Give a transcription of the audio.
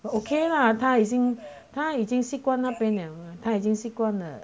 okay 啦他已经他已经习惯那边他已经习惯了